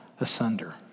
asunder